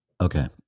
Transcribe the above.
Okay